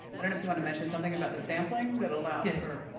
i don't know if you want to mention something about the sampling that allowed for